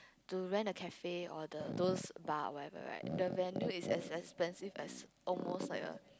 to rent the cafe or the those bar whatever right the venue is as expensive as almost like a